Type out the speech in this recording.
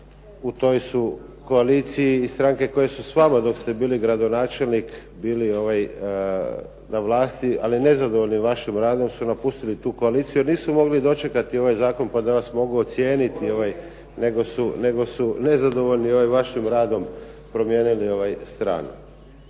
u toj su koaliciji i stranke koje su s vama dok ste bili gradonačelnik bili na vlasti, ali nezadovoljni vašom radom su napustili tu koaliciju jer nisu mogli dočekati ovaj zakon pa da vas mogu ocijeniti, nego su nezadovoljni ovim vašim radom promijenili stranu.